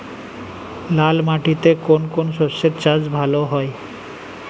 লাল মাটিতে কোন কোন শস্যের চাষ ভালো হয়?